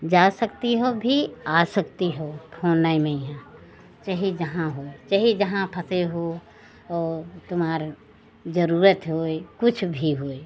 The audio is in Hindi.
जा सकती हो भी आ सकती हो फ़ोन ही में यहाँ चाहे जहाँ हो चाहे जहाँ फँसे हो और तुम्हारी ज़रूरत हो कुछ भी हो